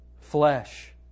flesh